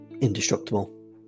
indestructible